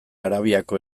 arabiako